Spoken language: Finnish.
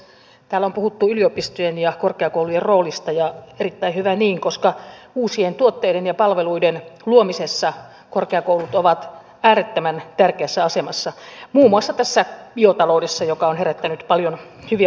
täällä on puhuttu yliopistojen ja korkeakoulujen roolista ja erittäin hyvä niin koska uusien tuotteiden ja palveluiden luomisessa korkeakoulut ovat äärettömän tärkeässä asemassa muun muassa biotaloudessa joka on herättänyt paljon hyviä puheenvuoroja